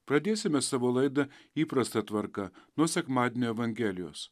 pradėsime savo laidą įprasta tvarka nuo sekmadienio evangelijos